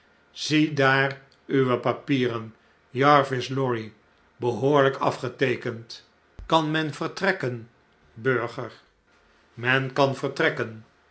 ziedaar uwe papieren jarvis lorry behoorlijk afgeteekend kan men vertrekken burger a men kan vertrekken